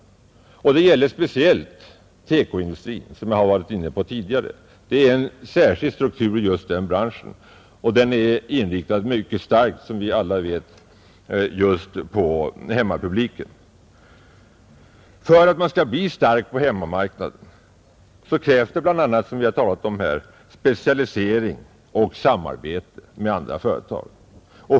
Detta gäller speciellt TEKO-industrin, som jag har varit inne på tidigare. Det är en särskild struktur i just den branschen. Den är, som vi alla vet, mycket starkt inriktad på hemmapubliken. För att man skall bli stark på hemmamarknaden krävs det bl.a., som vi har talat om här, specialisering och samarbete med andra företag.